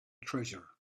treasure